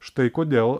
štai kodėl